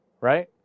Right